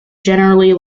generally